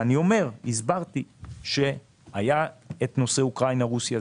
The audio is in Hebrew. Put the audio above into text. והסברתי כשהיה נושא אוקראינה-רוסיה,